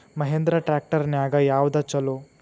Mahindra tractor ನ್ಯಾಗ ಯಾವ್ದ ಛಲೋ?